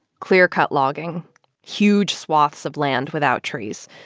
clearcut logging huge swaths of land without trees.